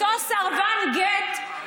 אתן עשיתן יותר נזק, אותו סרבן גט בטוח,